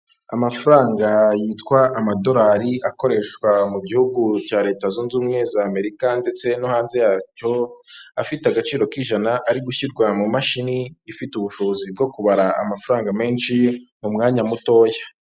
Amafaranga yitwa amadolari akoreshwa mu gihugu cya leta zunze ubumwe za Amerika ndetse no hanze yacyo, afite agaciro k'ijana, ari gushyirwa mu mashini ifite ubushobozi bwo kubara amafaranga menshi mu mwanya mutoya.